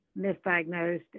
misdiagnosed